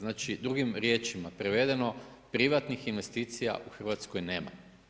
Znači, drugim riječima prevedeno privatnih investicija u Hrvatskoj nema.